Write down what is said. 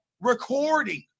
recording